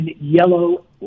yellow